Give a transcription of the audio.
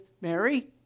Mary